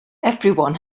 everyone